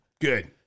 Good